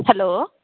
hello